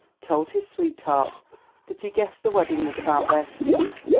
told his sweetheart that he guessed the wedding was about their speed,